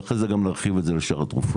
ואחרי זה גם להרחיב את זה לשאר התרופות.